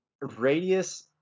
radius